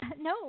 no